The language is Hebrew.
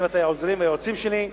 לצוות העוזרים והיועצים שלי,